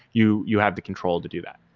you you have the control to do that.